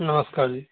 ਨਮਸਕਾਰ ਜੀ